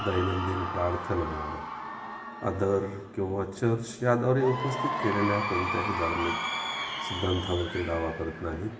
दैनंदिन प्रार्थना फादर किंवा चर्च याद्वारे उपस्थित केलेल्या कोणत्याही धार्मिक सिद्धांतावरती दावा करत नाहीत